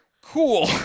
Cool